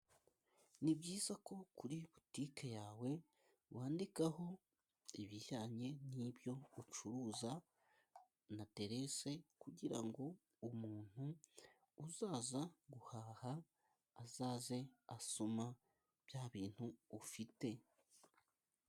Ni byiza ko kuri botiki yawe wandikaho ibijyanye n'ibyo ucuruza na aderese, kugira ngo umuntu uzaza guhaha azaze asoma bya bintu ufite.